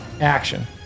action